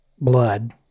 blood